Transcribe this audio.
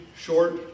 short